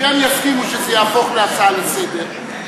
אם הם יסכימו שזה יהפוך להצעה לסדר-היום,